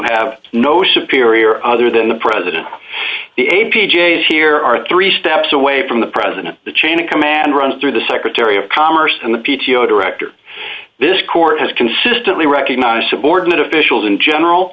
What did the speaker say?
have no shapiro here other than the president the a p j is here are three steps away from the president the chain of command runs through the secretary of commerce and the p t o director this court has consistently recognized subordinate officials in general